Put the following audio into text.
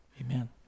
Amen